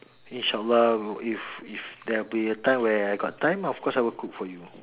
inshallah if if there'll be a time where I got time of course I will cook for you